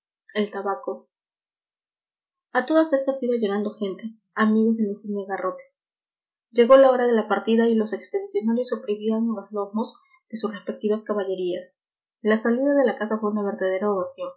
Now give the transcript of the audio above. el tabaco a todas estas iba llegando gente amigos del insigne garrote llegó la hora de la partida y los expedicionarios oprimían los lomos de sus respectivas caballerías la salida de la casa fue